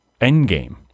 Endgame